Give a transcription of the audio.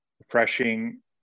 refreshing